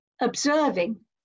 observing